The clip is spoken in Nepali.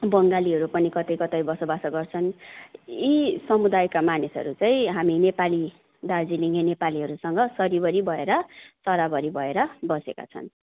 बङ्गालीहरू पनि कतै कतै बसोबासो गर्छन् यी समुदायका मानिसहरू चाहिँ हामी नेपाली दार्जिलिङे नेपालीहरूसँग सरिबरी भएर सराबरी भएर बसेका छन्